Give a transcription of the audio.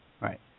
Right